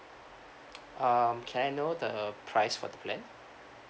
um can I know the price for the plan